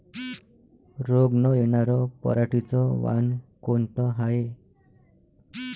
रोग न येनार पराटीचं वान कोनतं हाये?